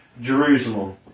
Jerusalem